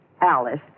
Alice